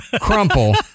crumple